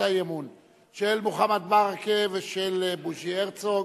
האי-אמון של מוחמד ברכה ושל בוז'י הרצוג